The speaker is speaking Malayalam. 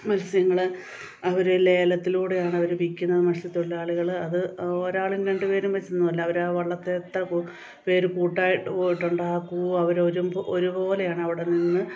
മത്സ്യങ്ങൾ അവർ ലേലത്തിലൂടെയാണ് അവർ വിൽക്കുന്നത് മത്സ്യത്തൊഴിലാളികൾ അത് ഒരാളും രണ്ടുപേരും വെച്ചൊന്നുമല്ല അവരാ വള്ളത്തെ ത്തെ പേര് കൂട്ടായിട്ട് പോയിട്ടുണ്ടാ ആ കൂ അവർ വരുമ്പോൾ ഒരുപോലെയാണ് അവിടെ നിന്ന്